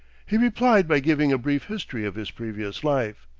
he replied by giving a brief history of his previous life.